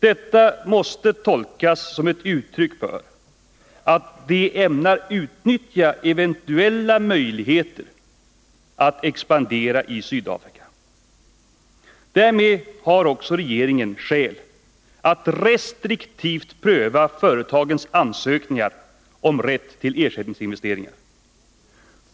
Detta måste tolkas som ett uttryck för att de ämnar utnyttja eventuella möjligheter att expandera i Sydafrika. Därmed har regeringen också skäl att restriktivt pröva företagens ansökningar om rätt till ersättningsinvesteringar.